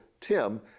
Tim